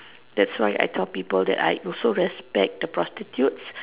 that's why I tell people that I also respect the prostitutes